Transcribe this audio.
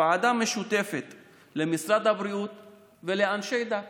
ועדה משותפת למשרד הבריאות ולאנשי דת